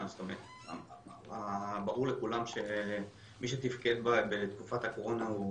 ברור שמי שתפקד בתקופת הקורונה הוא